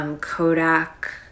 Kodak